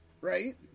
Right